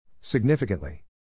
Significantly